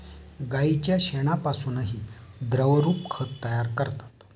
गाईच्या शेणापासूनही द्रवरूप खत तयार करतात